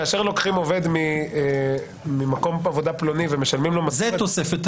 כאשר לוקחים עובד ממקום עבודה פלוני ומשלמים לו משכורת,